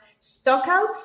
stockouts